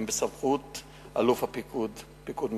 הם בסמכות אלוף פיקוד מרכז.